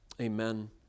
Amen